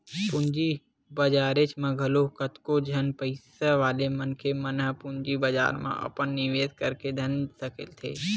पूंजी बजारेच म घलो कतको झन पइसा वाले मनखे मन ह पूंजी बजार म अपन निवेस करके धन सकेलथे